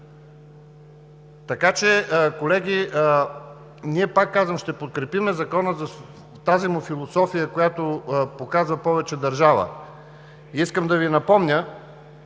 Така че, колеги, ние, пак казвам, ще подкрепим Закона в тази му философия, която показва повече държава. Искам да Ви напомня,